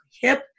hip